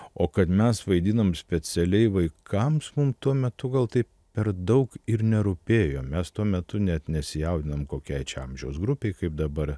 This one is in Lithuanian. o kad mes vaidinom specialiai vaikams mum tuo metu gal taip per daug ir nerūpėjo mes tuo metu net nesijaudinom kokiai čia amžiaus grupei kaip dabar